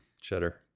cheddar